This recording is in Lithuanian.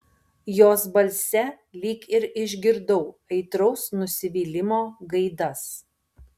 jos balse lyg ir išgirdau aitraus nusivylimo gaidas